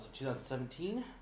2017